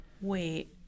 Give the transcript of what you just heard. wait